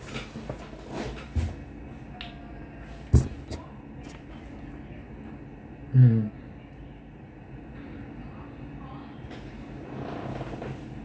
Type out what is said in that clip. mm